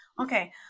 okay